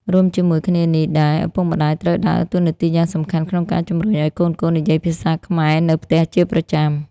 រួមជាមួយគ្នានេះដែរ ឪពុកម្តាយត្រូវដើរតួនាទីយ៉ាងសំខាន់ក្នុងការជំរុញឱ្យកូនៗនិយាយភាសាខ្មែរនៅផ្ទះជាប្រចាំ។